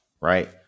right